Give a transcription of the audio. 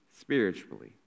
spiritually